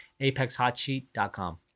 ApexHotSheet.com